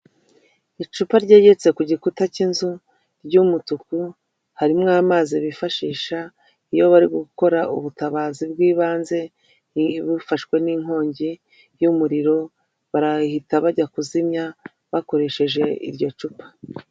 Icupa ryegetse ku gikuta k'inzu ry'umutuku, harimo amazi bifashisha iyo bari gukora ubutabazi bw'ibanze, bafashwe n'inkongi y'umuriro barahita bajya kuzimya bakoresheje iryo cupa.